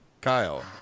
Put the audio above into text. Kyle